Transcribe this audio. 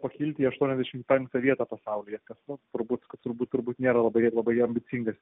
pakilti į aštuoniasdešim penktą vietą pasaulyje kas nu turbūt kad turbūt turbūt nėra labai labai ambicingas